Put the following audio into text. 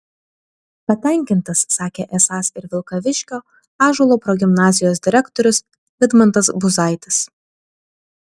patenkintas sakė esąs ir vilkaviškio ąžuolo progimnazijos direktorius vidmantas buzaitis